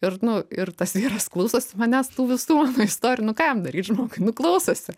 ir nu ir tas vyras klausosi manęs tų visų mano istorinių nu kam jam daryt žmogui nu klausosi